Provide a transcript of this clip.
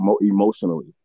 emotionally